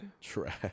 Trash